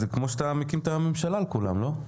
זה כמו שאתה מקים את הממשלה על כולם, לא?